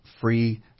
free